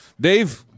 Dave